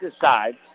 Decide